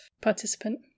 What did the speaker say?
participant